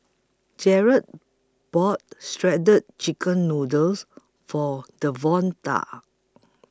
Jarett bought Shredded Chicken Noodles For Devonta